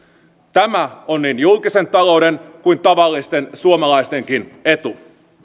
tämä on niin julkisen talouden kuin tavallisten suomalaistenkin etu